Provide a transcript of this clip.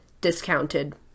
discounted